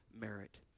merit